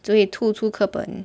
只会吐出课本